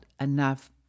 enough